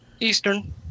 Eastern